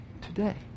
Today